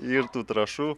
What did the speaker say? yr tų trąšų